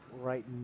right